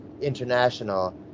international